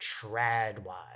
trad-wise